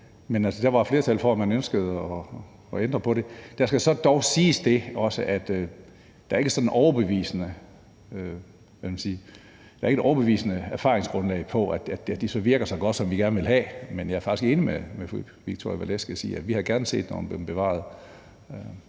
men der var altså flertal for et ønske om at ændre på det. Det skal dog også siges, at der ikke er et sådan overbevisende erfaringsgrundlag for, at det virker så godt, som vi gerne vil have; men jeg er faktisk enig fru Victoria Velasquez, og vi havde gerne set, at det var